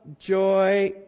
joy